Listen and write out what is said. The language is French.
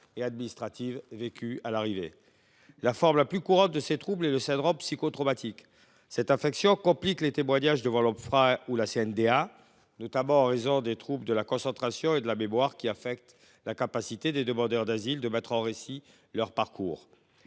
et administrative vécue à l’arrivée. La forme la plus courante de ces troubles est le syndrome psychotraumatique. Cette affection complique les témoignages devant l’Ofpra ou la CNDA, des troubles de la concentration et de la mémoire affectant la capacité des demandeurs d’asile de mettre en récit leur parcours